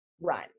run